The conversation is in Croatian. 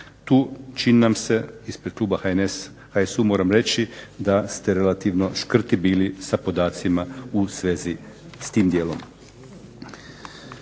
Tu čini nam se ispred kluba HNS, HSU moram reći da ste relativno škrti bili sa podacima u svezi s tim dijelom.